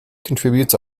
contributes